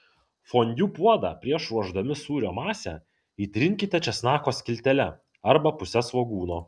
fondiu puodą prieš ruošdami sūrio masę įtrinkite česnako skiltele arba puse svogūno